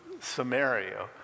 Samaria